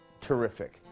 terrific